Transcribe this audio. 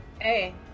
Hey